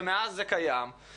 ומאז זה קיים,